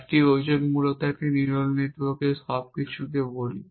একটি ওজন মূলত একটি নিউরাল নেটওয়ার্কের সবকিছুকে বলি